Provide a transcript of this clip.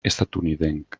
estatunidenc